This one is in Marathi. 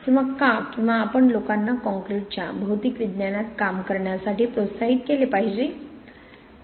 किंवा का किंवा आपण लोकांना कॉंक्रिटच्या भौतिक विज्ञानात काम करण्यासाठी प्रोत्साहित केले पाहिजे